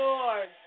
Lord